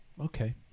Okay